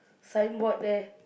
signboard there